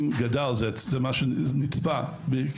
והיא